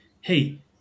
hey